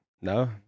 No